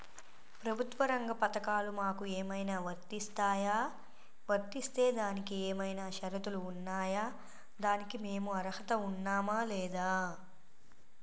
ప్రభుత్వ రంగ పథకాలు మాకు ఏమైనా వర్తిస్తాయా? వర్తిస్తే దానికి ఏమైనా షరతులు ఉన్నాయా? దానికి మేము అర్హత ఉన్నామా లేదా?